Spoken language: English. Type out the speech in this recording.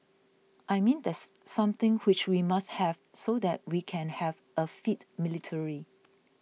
I mean that's something which we must have so that we can have a fit military